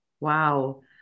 Wow